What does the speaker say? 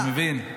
אתה מבין?